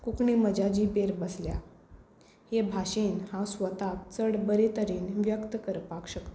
कोंकणी म्हज्या जिबेर बसल्या हे भाशेंत हांव स्वताक चड बऱ्या तरेन व्यक्त करपाक शकतां